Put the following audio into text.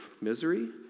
misery